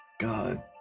God